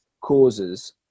causes